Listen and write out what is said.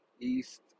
East